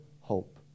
hope